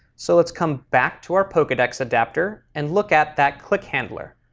so let's come back to our pokedex adapter and look at that click handler.